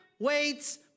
Weights